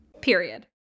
period